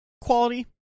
Quality